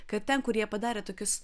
kad ten kurie padarė tokius